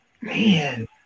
Man